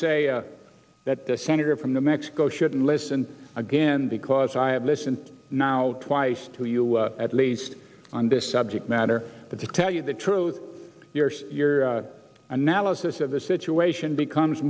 say that the senator from new mexico should listen again because i have listened now twice to you at least on this subject matter but to tell you the truth your analysis of the situation becomes